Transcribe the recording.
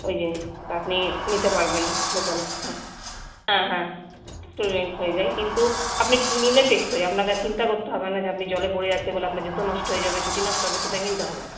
ওই যে আপনি নিতে পারবেন আপনার জন্য হ্যাঁ হ্যাঁ হ্যাঁ ক্ষয়ে যায় কিন্তু আপনি নিলে টেকসই আপনাকে আর চিন্তা করতে হবে না যে আপনি জলে পরে যাচ্ছে বলে আপনার জুতো নষ্ট হয়ে যাবে চটি নষ্ট হবে সেটা কিন্তু হবে না